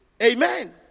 Amen